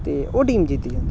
ते ओह् टीम जित्ती जंदी ऐ